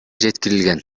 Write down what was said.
жеткирилген